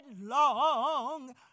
long